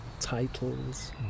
titles